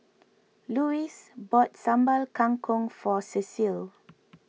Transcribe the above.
Louis bought Sambal Kangkong for Cecile